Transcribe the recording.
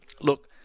look